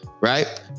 right